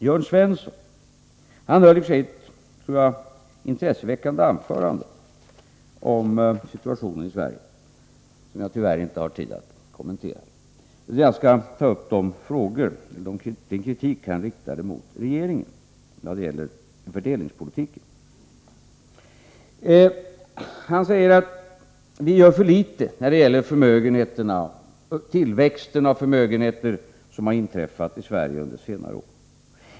Jörn Svensson höll ett intresseväckande anförande om situationen i Sverige, vilket jag tyvärr inte har tid att kommentera. Jag skall bara ta upp den kritik som han riktade mot regeringen när det gäller fördelningspolitiken. Han sade att vi gör för litet när det gäller den tillväxt av förmögenheter som har skett i Sverige under senare år.